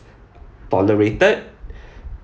tolerated